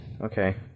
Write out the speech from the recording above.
Okay